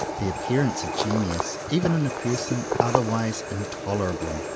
the appearance of genius, even in a person otherwise intolerable,